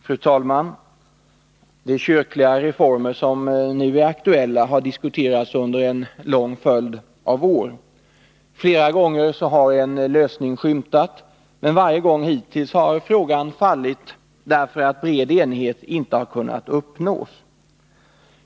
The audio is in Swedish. Fru talman! De kyrkliga reformer som nu är aktuella har diskuterats under en lång följd av år. Flera gånger har en lösning skymtat, men varje gång hittills har frågan fallit, därför att bred enighet inte kunnat uppnås.